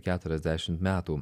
keturiasdešim metų